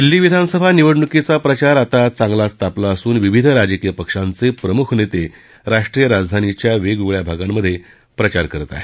दिल्ली विधानसभा निवडणुकीचा प्रचार आता चांगलाच तापला असून विविध राजकीय पक्षांचे प्रमुख नेते राष्ट्रीय राजधानीच्या वेगवेगळया भागांमधे प्रचारसभा घेत आहेत